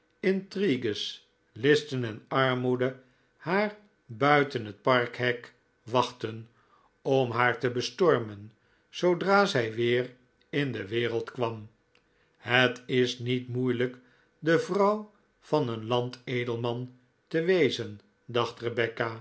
intrigues listen en armoede haar buiten het parkhek wachtten om haar te bestormen zoodra zij weer in de wereld kwam het is niet moeilijk de vrouw van een landedelman te wezen dacht